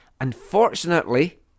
Unfortunately